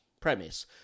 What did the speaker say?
premise